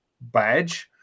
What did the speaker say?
badge